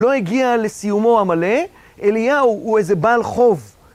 לא הגיע לסיומו המלא, אליהו הוא איזה בעל חוב.